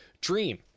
dream